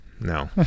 No